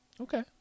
Okay